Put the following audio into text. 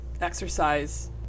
exercise